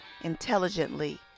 intelligently